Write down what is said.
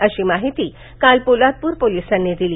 अशी माहिती काल पोलादपूर पोलिसांनी दिली